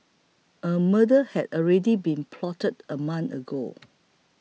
a murder had already been plotted a month ago